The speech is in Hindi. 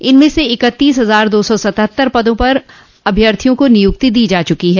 इनमें से इकतीस हजार दो सौ सतहत्तर पदों पर अभ्यर्थियों को नियुक्ति दी जा चुकी है